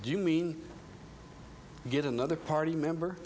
do you mean get another party member